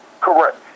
Correct